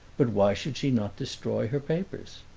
but why should she not destroy her papers?